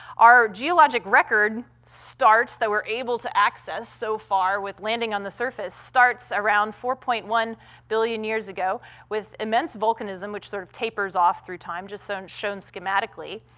our geologic record starts that we're able to access so far with landing on the surface starts around four point one billion years ago with immense volcanism, which sort of tapers off through time, just so shown schematically.